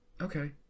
Okay